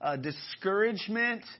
discouragement